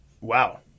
Wow